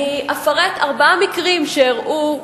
אני אפרט ארבעה מקרים שאירעו,